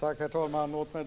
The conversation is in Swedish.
Herr talman! Låt mig